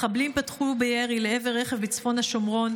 מחבלים פתחו בירי לעבר רכב בצפון השומרון,